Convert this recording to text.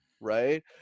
Right